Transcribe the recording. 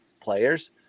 players